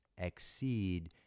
exceed